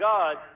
God